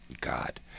God